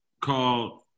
called